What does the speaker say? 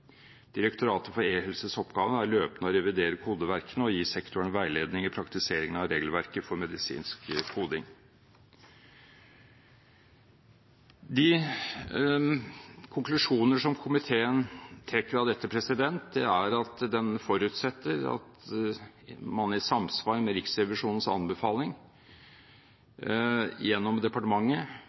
Direktoratet for e-helses oppgave er løpende å revidere kodeverkene og gi sektoren veiledning i praktiseringen av regelverket for medisinsk koding. De konklusjoner som komiteen trekker av dette, er at den forutsetter at man i samsvar med Riksrevisjonens anbefaling, gjennom departementet